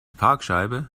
parkscheibe